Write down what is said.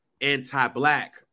anti-black